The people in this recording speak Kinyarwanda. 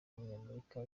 umunyamerika